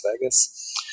Vegas